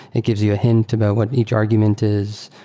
it gives you a hint about what each argument is.